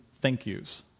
thank-yous